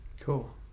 Cool